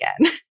again